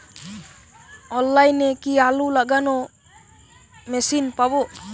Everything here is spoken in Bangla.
অনলাইনে কি আলু লাগানো মেশিন পাব?